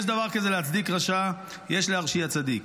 יש דבר כזה להצדיק רשע, יש להרשיע צדיק.